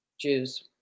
Jews